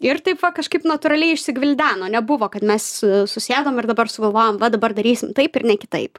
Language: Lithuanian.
ir taip va kažkaip natūraliai išsigvildeno nebuvo kad mes susėdom ir dabar sugalvojom va dabar darysim taip ir ne kitaip